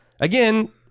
Again